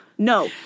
No